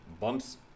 bumps